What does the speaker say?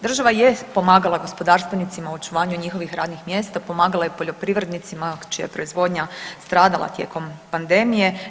Država jest pomagala gospodarstvenicima u očuvanju njihovih radnih mjesta, pomagala je i poljoprivrednicima čija je proizvodnja stradala tijekom pandemije.